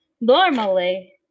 normally